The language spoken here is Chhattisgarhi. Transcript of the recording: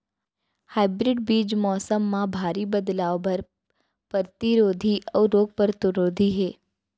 हाइब्रिड बीज मौसम मा भारी बदलाव बर परतिरोधी अऊ रोग परतिरोधी हे